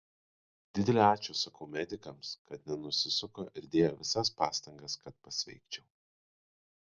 didelį ačiū sakau medikams kad nenusisuko ir dėjo visas pastangas kad pasveikčiau